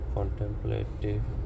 Contemplative